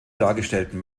dargestellten